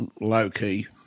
low-key